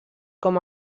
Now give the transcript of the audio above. com